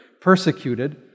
persecuted